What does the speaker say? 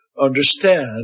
understand